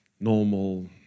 normal